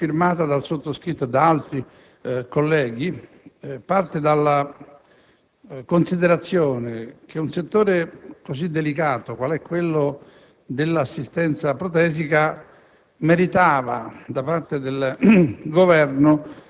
Signor Presidente, l'interpellanza 2-00159, firmata dal sottoscritto e da altri colleghi, parte dalla considerazione che un settore così delicato qual è quello dell'assistenza protesica